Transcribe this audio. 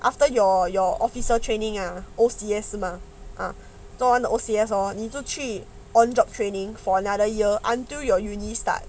after your your officer training ah O_C_S 是吗 ah 做完 O_C_S hor 你就去 on job training for another year until your university start